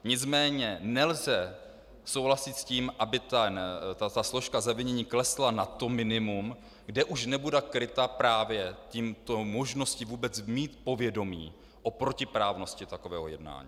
Nicméně nelze souhlasit s tím, aby složka zavinění klesla na to minimum, kde už nebude kryta právě touto možností vůbec mít povědomí o protiprávnosti takového jednání.